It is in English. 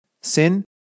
Sin